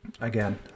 Again